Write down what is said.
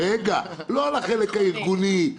לא על החלק הארגוני.